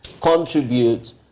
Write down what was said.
contribute